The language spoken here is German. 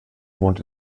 wohnt